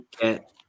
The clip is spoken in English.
get